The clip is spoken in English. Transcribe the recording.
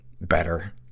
better